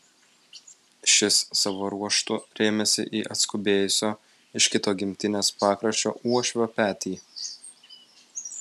šis savo ruoštu rėmėsi į atskubėjusio iš kito gimtinės pakraščio uošvio petį